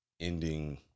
ending